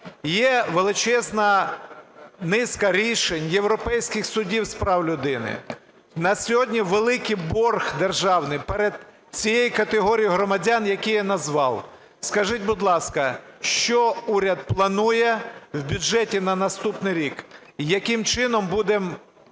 Є величезна низка рішень європейських судів з прав людини. В нас сьогодні великий борг державний перед цією категорією громадян, які я назвав. Скажіть, будь ласка, що уряд планує в бюджеті на наступний рік. Яким чином будемо